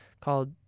called